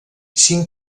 cinc